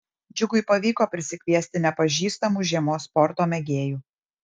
džiugui pavyko prisikviesti nepažįstamų žiemos sporto mėgėjų